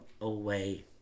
away